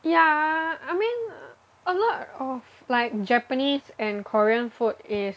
yeah I mean a lot of like Japanese and Korean food is